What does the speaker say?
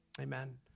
amen